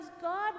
god